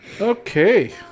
Okay